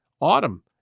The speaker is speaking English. Autumn